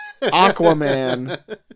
Aquaman